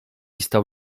stał